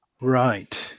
Right